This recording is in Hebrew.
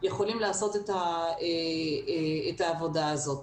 יכולים לעשות את העבודה הזאת.